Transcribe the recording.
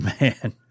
man